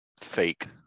fake